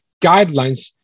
guidelines